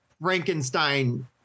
Frankenstein